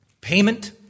Payment